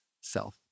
self